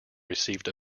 received